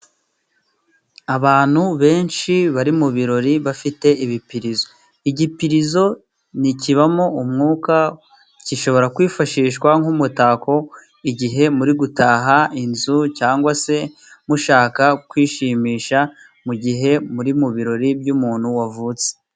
Abantu benshi bari mu birori bafite ibipirizo. Igipirizo kibamo umwuka, gishobora kwifashishwa nk'umutako igihe muri gutaha inzu, cyangwa se mushaka kwishimisha mu gihe muri mu birori by'umuntu wavutse.